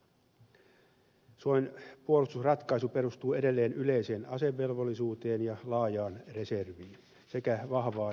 suomen puolustusratkaisu perustuu edelleen yleiseen asevelvollisuuteen ja laajaan reserviin sekä vahvaan maanpuolustustahtoon